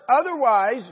Otherwise